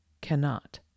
cannot